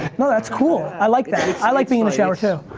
no, that's cool, i like that. i like being in the shower too.